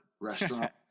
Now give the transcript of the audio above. restaurant